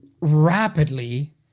rapidly